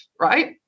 right